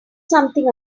something